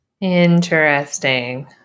Interesting